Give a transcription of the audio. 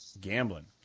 gambling